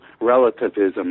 relativism